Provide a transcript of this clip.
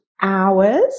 hours